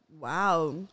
Wow